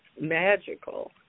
magical